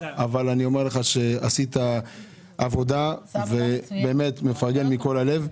אבל אני אומר לך שעשית עבודה ואני באמת מפרגן מכל הלב.